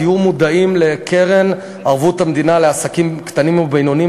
תהיו מודעים לקרן ההלוואות בערבות המדינה לעסקים קטנים ובינוניים,